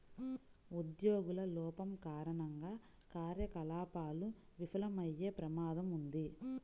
ఉద్యోగుల లోపం కారణంగా కార్యకలాపాలు విఫలమయ్యే ప్రమాదం ఉంది